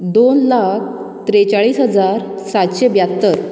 दोन लाख त्रेचाळीस हजार सातशें ब्यात्तर